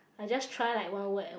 I just try like one word